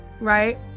right